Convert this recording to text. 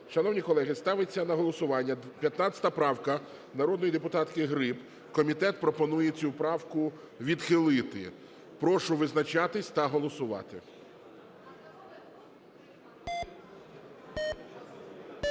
Шановні колеги, ставиться на голосування 15 правка народної депутатки Гриб. Комітет пропонує цю правку відхилити. Прошу визначатись та голосувати.